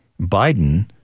Biden